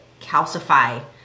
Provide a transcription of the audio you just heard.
calcify